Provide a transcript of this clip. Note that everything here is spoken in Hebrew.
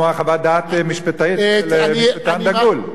לא, רציתי לשמוע חוות דעת משפטית של משפטן דגול.